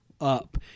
up